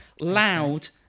loud